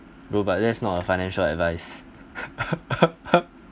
no but that's not a financial advice